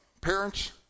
parents